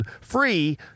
free